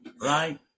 Right